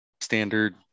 standard